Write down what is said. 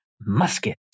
Musket